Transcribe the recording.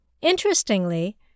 Interestingly